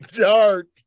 dart